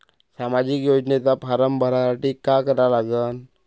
सामाजिक योजनेचा फारम भरासाठी का करा लागन?